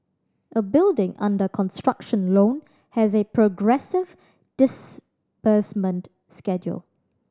a building under construction loan has a progressive disbursement schedule